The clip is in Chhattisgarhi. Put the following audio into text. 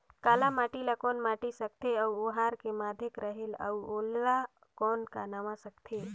काला माटी ला कौन माटी सकथे अउ ओहार के माधेक रेहेल अउ ओला कौन का नाव सकथे?